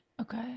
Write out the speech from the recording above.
Okay